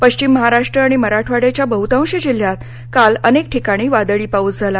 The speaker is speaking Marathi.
पश्विम महाराष्ट्र आणि मराठवाङ्याच्या बहुतांश जिल्ह्यात काल अनेक ठिकाणी वादळी पाऊस झाला